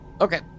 Okay